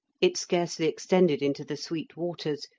it scarcely extended into the sweet waters,